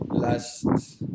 Last